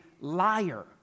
liar